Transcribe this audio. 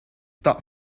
tough